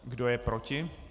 Kdo je proti?